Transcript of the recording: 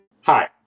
Hi